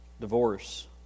divorce